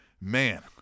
Man